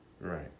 right